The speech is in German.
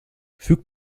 füg